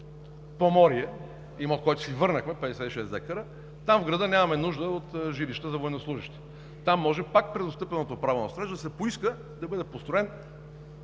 Поморие – имот, който си върнахме, 56 декара, там в града нямаме нужда от жилища за военнослужещи. Там може пак през отстъпеното право на строеж да се поиска да бъде построен